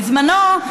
בזמנו,